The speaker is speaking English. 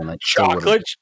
chocolate